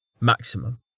maximum